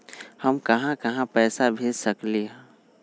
हम कहां कहां पैसा भेज सकली ह?